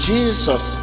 Jesus